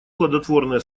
плодотворное